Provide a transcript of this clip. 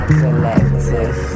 collective